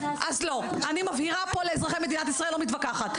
אני מבהירה פה לאזרחי מדינת ישראל לא מתווכחת.